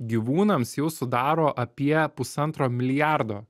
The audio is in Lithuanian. gyvūnams jau sudaro apie pusantro milijardo